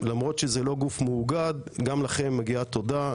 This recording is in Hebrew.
למרות שזה לא גוף מאוגד גם לכם מגיעה תודה,